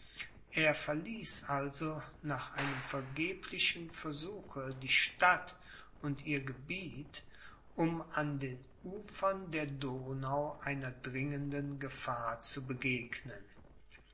er verließ also nach einem vergeblichen versuche die stadt und ihr gebiet um an den ufern der donau einer dringenden gefahr zu begegnen